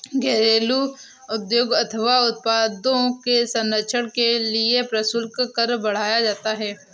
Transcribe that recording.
घरेलू उद्योग अथवा उत्पादों के संरक्षण के लिए प्रशुल्क कर बढ़ाया जाता है